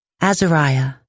Azariah